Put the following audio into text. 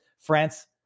France